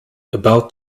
about